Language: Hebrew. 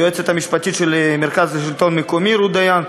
היועצת המשפטית של המרכז לשלטון מקומי רות דיין,